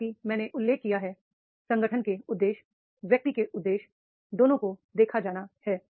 जैसा कि मैंने उल्लेख किया है संगठन के उद्देश्य व्यक्ति के उद्देश्य दोनों को देखा जाना है